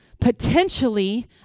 potentially